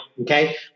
okay